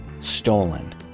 stolen